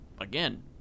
Again